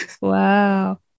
Wow